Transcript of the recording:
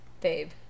Babe